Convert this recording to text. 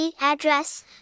address